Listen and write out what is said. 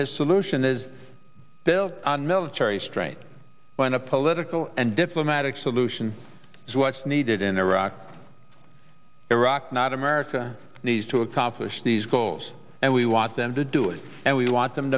his solution is built on military strength when a political and diplomatic solution is what's needed in iraq iraq not america needs to accomplish these goals and we want them to do it and we want them